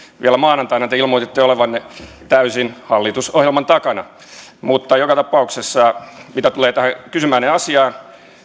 vielä maanantaina te ilmoititte olevanne täysin hallitusohjelman takana mutta joka tapauksessa mitä tulee tähän kysymäänne asiaan